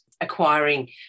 acquiring